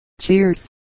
cheers